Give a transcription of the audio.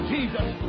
Jesus